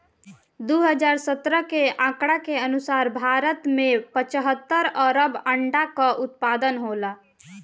दू हज़ार सत्रह के आंकड़ा के अनुसार भारत में पचहत्तर अरब अंडा कअ उत्पादन होला